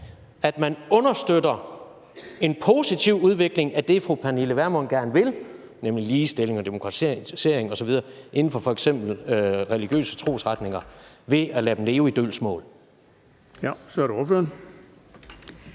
at man understøtter en positiv udvikling af det, fru Pernille Vermund gerne vil, nemlig ligestilling og demokratisering osv. inden for f.eks. religiøse trosretninger, ved at lade dem leve i dølgsmål. Kl. 14:42 Den fg.